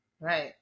Right